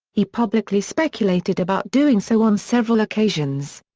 he publicly speculated about doing so on several occasions.